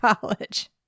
college